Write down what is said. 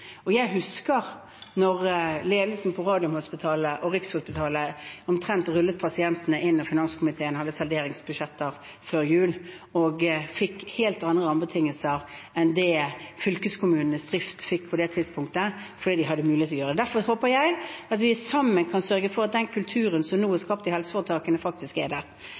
og jeg husker da ledelsene ved Radiumhospitalet og Rikshospitalet omtrent rullet pasientene inn da finanskomiteen behandlet salderingsbudsjetter før jul, og fikk helt andre rammebetingelser enn det fylkeskommunenes drift fikk på det tidspunktet, fordi de hadde mulighet til å gjøre det. Derfor håper jeg at vi sammen kan sørge for at den kulturen som nå er skapt i helseforetakene, blir værende der videre. Mitt svar er: